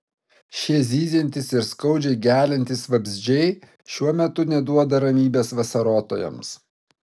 šie zyziantys ir skaudžiai geliantys vabzdžiai šiuo metu neduoda ramybės vasarotojams